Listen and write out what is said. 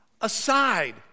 aside